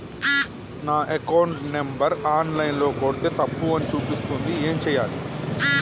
నా account number online ల కొడ్తే తప్పు అని చూపిస్తాంది ఏం చేయాలి?